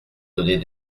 donner